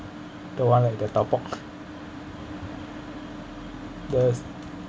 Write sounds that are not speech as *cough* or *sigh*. the one like the *laughs* yes